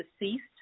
deceased